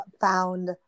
found